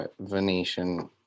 Venetian